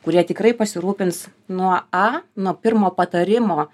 kurie tikrai pasirūpins nuo a nuo pirmo patarimo